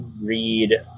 read